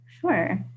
sure